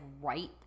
right